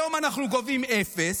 היום אנחנו גובים אפס,